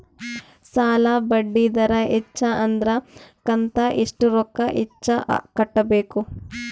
ಸಾಲಾ ಬಡ್ಡಿ ದರ ಹೆಚ್ಚ ಆದ್ರ ಕಂತ ಎಷ್ಟ ರೊಕ್ಕ ಹೆಚ್ಚ ಕಟ್ಟಬೇಕು?